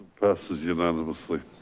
passes unanimously.